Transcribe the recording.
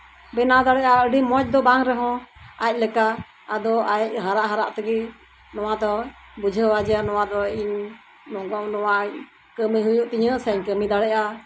ᱵᱮᱱᱟᱣ ᱫᱟᱲᱮᱭᱟᱜᱼᱟ ᱟᱹᱰᱤ ᱢᱚᱸᱡ ᱫᱚ ᱵᱟᱝ ᱨᱮᱦᱚᱸ ᱟᱡ ᱞᱮᱠᱟ ᱦᱟᱨᱟᱜ ᱦᱟᱨᱟᱜ ᱛᱮᱜᱮ ᱱᱚᱣᱟ ᱫᱚ ᱵᱩᱡᱷᱟᱹᱣᱟ ᱡᱮ ᱱᱚᱣᱟ ᱫᱚ ᱤᱧ ᱱᱚᱣᱟ ᱠᱟᱹᱢᱤ ᱦᱩᱭᱩᱜ ᱛᱤᱧᱟ ᱥᱮ ᱠᱟᱹᱢᱤ ᱫᱟᱲᱮᱭᱟᱜᱼᱟ